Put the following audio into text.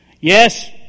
Yes